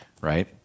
right